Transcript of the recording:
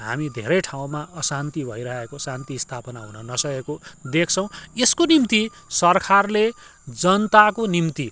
हामी धेरै ठाउँमा अशान्ति भइरहेको शान्ति स्थापना हुन नसकेको देख्छौँ यसको निम्ति सरकारले जनताको निम्ति